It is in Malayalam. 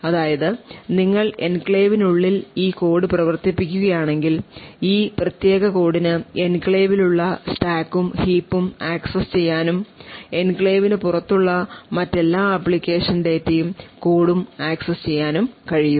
അതായത് നിങ്ങൾ എൻക്ലേവിനുള്ളിൽ ഈ കോഡ് പ്രവർത്തിപ്പിക്കുകയാണെങ്കിൽ ഈ പ്രത്യേക കോഡിന് എൻക്ലേവിലുള്ള സ്റ്റാക്കും ഹീപ്പും ആക്സസ് ചെയ്യാനും എൻക്ലേവിന് പുറത്തുള്ള മറ്റ് എല്ലാ ആപ്ലിക്കേഷൻ ഡാറ്റയും കോഡും ആക്സസ് ചെയ്യാനും കഴിയും